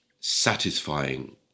satisfying